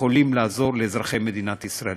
יכולים לעזור לאזרחי מדינת ישראל.